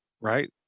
right